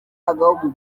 agahugu